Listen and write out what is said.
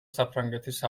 საფრანგეთის